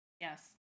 Yes